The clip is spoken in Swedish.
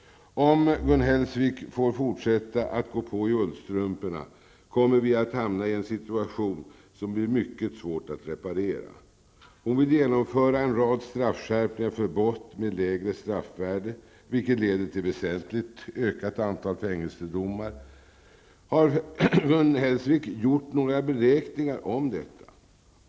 Om Gun Hellsvik får fortsätta att gå på i ullstrumporna, kommer vi att hamna i en sitution som blir mycket svår att reparera. Hon vill genomföra en rad straffskärpningar för brott med lägre straffvärde, vilket leder till ett väsentlig ökat antal fängelsedomar. Har Gun Hellsvik gjort några beräkningar av detta?